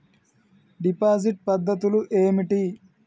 Deposit పద్ధతులు ఏమిటి?